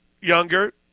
younger